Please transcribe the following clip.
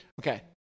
Okay